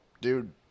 dude